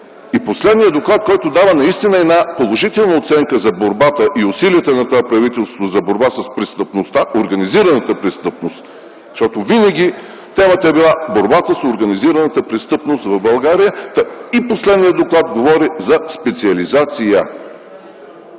и последният доклад, който дава положителна оценка за усилията на това правителство за борба с организираната престъпност, защото темата винаги е била борбата с организираната престъпност в България. Та и последният доклад говори за специализация.